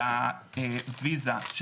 מובאים בלי פיקוח על הליך הגיוס שלהם,